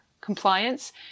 compliance